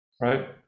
Right